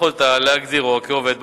ביכולתה להגדירו כעובד מומחה,